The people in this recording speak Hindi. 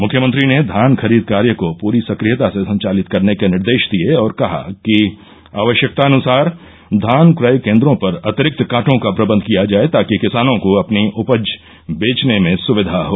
मुख्यमंत्री ने धान खरीद कार्य को पूरी सक्रियता से संचालित करने के निर्देश दिए और कहा कि आवश्यकतानुसार धान क्रय केन्द्रों पर अतिरिक्त काटों का प्रबन्ध किया जाए ताकि किसानों को अपनी उपज बेचने में सुक्विा हो